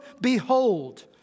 Behold